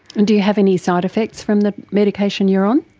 and do you have any side effects from the medication you're on?